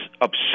upset